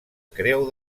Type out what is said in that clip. creu